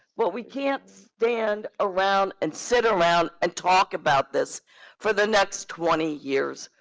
but we can't stand around and sit around and talk about this for the next twenty years.